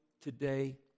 today